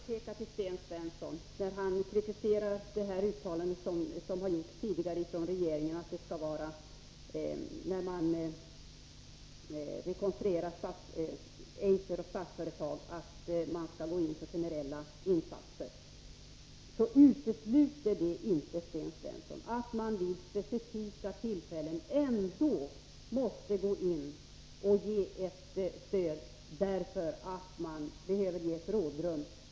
Fru talman! Jag vill bara påpeka en sak för Sten Svensson, som kritiserar regeringens tidigare uttalande att man vid rekonstruktionen av Eiser och Statsföretag skall gå in för generella insatser. Det utesluter inte, Sten Svensson, att man vid specifika tillfällen ändå måste gå in och ge ett stöd, därför att det behövs rådrum.